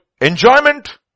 enjoyment